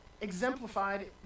exemplified